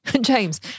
James